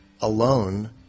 alone